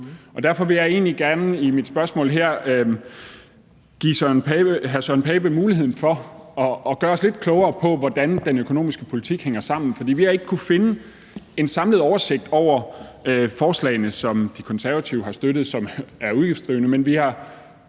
derfor vil jeg egentlig gerne i mit spørgsmål her give hr. Søren Pape Poulsen muligheden for at gøre os lidt klogere på, hvordan den økonomiske politik hænger sammen. Vi har ikke kunnet finde en samlet oversigt over forslagene, som De Konservative har støttet, og som er udgiftsdrivende, men vi har